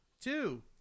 two